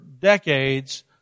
decades